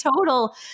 total